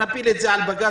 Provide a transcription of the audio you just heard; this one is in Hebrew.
נפיל את זה על בג"צ,